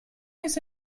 les